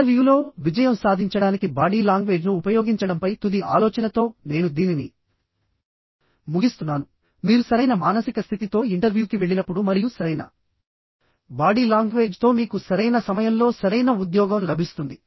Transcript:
ఇంటర్వ్యూలో విజయం సాధించడానికి బాడీ లాంగ్వేజ్ను ఉపయోగించడంపై తుది ఆలోచనతో నేను దీనిని ముగిస్తున్నాను మీరు సరైన మానసిక స్థితితో ఇంటర్వ్యూకి వెళ్ళినప్పుడు మరియు సరైన బాడీ లాంగ్వేజ్ తో మీకు సరైన సమయంలో సరైన ఉద్యోగం లభిస్తుంది